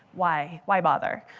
why? why bother?